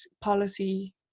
policy